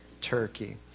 Turkey